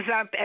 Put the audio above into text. up